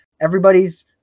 everybody's